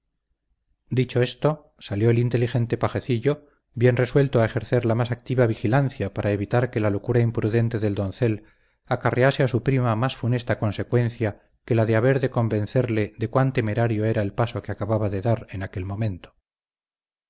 dicho esto salió el inteligente pajecillo bien resuelto a ejercer la más activa vigilancia para evitar que la locura imprudente del doncel acarrease a su prima más funesta consecuencia que la de haber de convencerle de cuán temerario era el paso que acababa de dar en aquel momento